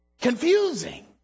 Confusing